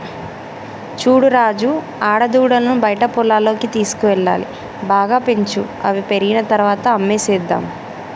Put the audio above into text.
చూడు రాజు ఆడదూడలను బయట పొలాల్లోకి తీసుకువెళ్లాలి బాగా పెంచు అవి పెరిగిన తర్వాత అమ్మేసేద్దాము